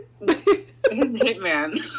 hitman